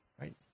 Right